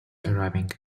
arriving